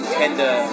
tender